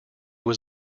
was